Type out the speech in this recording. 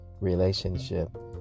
relationship